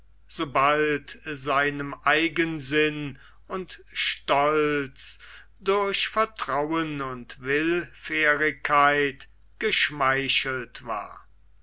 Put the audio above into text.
sobald seinem eigensinn und stolz durch vertrauen und willfährigkeit geschmeichelt war